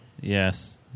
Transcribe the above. Yes